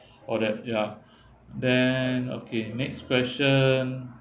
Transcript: oh that ya then okay next question